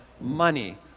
money